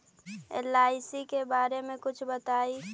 LIC के बारे मे कुछ बताई?